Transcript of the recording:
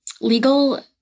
legal